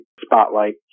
spotlight